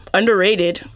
underrated